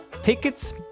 Tickets